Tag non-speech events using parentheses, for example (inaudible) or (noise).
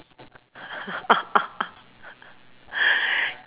(laughs)